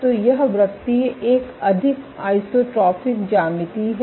तो यह वृत्तीय एक अधिक आइसोट्रोपिक ज्यामिति है